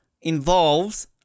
involves